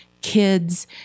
kids